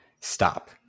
stop